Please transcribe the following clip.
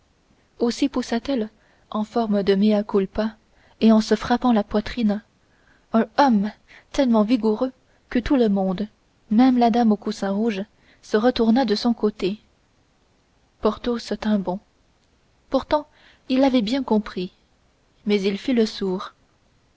aussi poussa t elle en forme de mea culpa et en se frappant la poitrine un hum tellement vigoureux que tout le monde même la dame au coussin rouge se retourna de son côté porthos tint bon pourtant il avait bien compris mais il fit le sourd